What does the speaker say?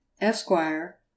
esquire